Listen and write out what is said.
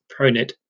ProNet